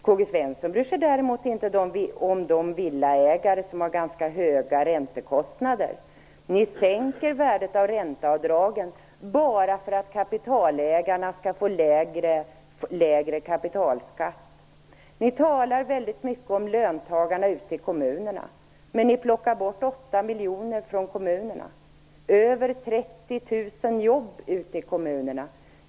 Karl-Gösta Svenson bryr sig däremot inte om de villaägare som har ganska höga räntekostnader. Ni vill sänka värdet av ränteavdragen bara för att kapitalägarna skall få lägre kapitalskatt. Ni talar väldigt mycket om löntagarna ute i kommunerna, men ni plockar bort 8 miljoner från kommunerna, över 30 000 jobb.